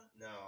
No